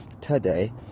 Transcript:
today